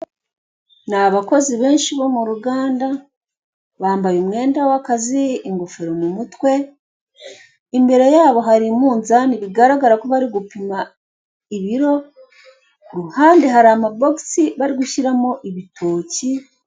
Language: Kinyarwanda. Ni abakoze benshi bo muruganda bambaye umwenda w'akazi ingofero mu mutwe, imbere yabo hari umunzani bigaragara ko barigupima ibiro, kuruhande hari aba box bari gushiramo ibitoki.